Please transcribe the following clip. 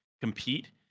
compete